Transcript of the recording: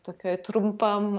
tokioj trumpam